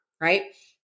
right